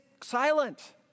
silent